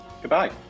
goodbye